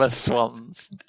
swans